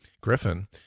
Griffin